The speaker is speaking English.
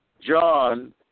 John